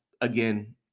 again